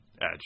edge